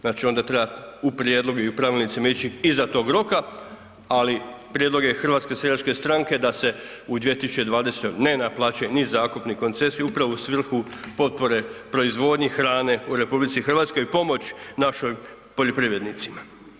Znači onda treba u prijedlog i u pravilnicima ići iza tog roka, ali prijedlog je HSS-a da se u 2020. ne naplaćuje ni zakup ni koncesija upravo u svrhu potpore proizvodnje hrane u RH i pomoć našim poljoprivrednicima.